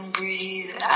breathe